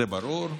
זה ברור,